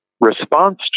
response